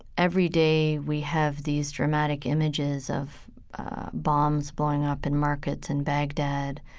everyday, we have these dramatic images of bombs blowing up in markets in baghdad,